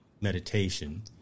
meditation